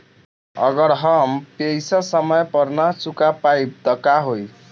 अगर हम पेईसा समय पर ना चुका पाईब त का होई?